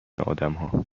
آدما